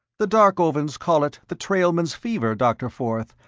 the darkovans call it the trailmen's fever, dr. forth,